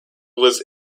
was